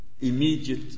immediate